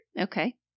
Okay